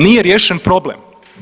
Nije riješen problem.